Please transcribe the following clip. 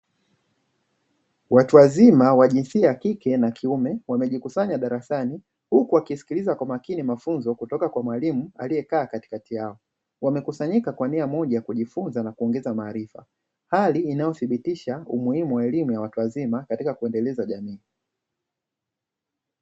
Watu wazima wa jinsia ya kike na kiume, wamejikusanya darasani huku wakisikiliza kwa makini mafunzo kutoka kwa mwalimu aliyekaa katkati yao, wamekusanyika kwa nia moja ya kujifunza na kuongeza maarifa, hali inayothibitisha umuhimu wa elimu ya watu wazima, katika kuendeleza jamii.